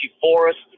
Forest